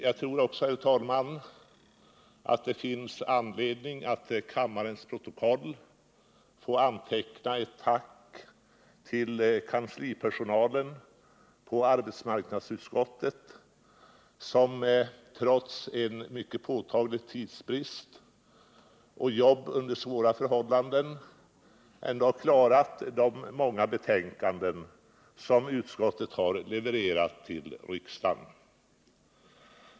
Jag tycker också, herr talman, att det finns anledning att till kammarens protokoll få antecknat ett tack till kanslipersonalen på arbetsmarknadsutskottet, som trots en mycket påtaglig tidsbrist och jobb under svåra förhållanden ändå har klarat de många betänkanden som utskottet har levererat till riksdagen.